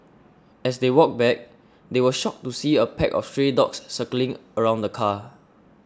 as they walked back they were shocked to see a pack of stray dogs circling around the car